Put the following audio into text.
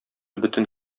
бөтен